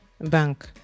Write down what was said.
bank